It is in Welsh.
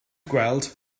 gweld